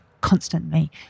constantly